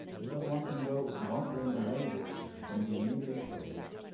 because one can go wandering away with it from the immediate subject.